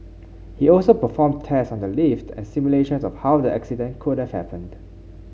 he also performed tests on the lift and simulations of how the accident could have happened